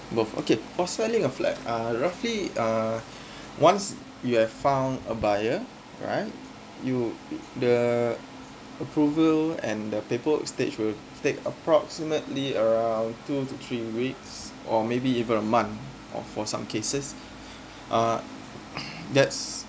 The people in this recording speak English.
both okay for selling a flat uh roughly uh once you have found a buyer right you the approval and the paperwork's stage will take approximately around two to three weeks or maybe even a month of for some cases uh that's